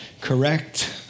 correct